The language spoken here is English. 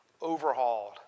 overhauled